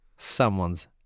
someone's